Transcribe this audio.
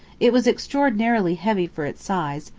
it was extraordinary heavy for its size,